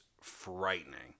frightening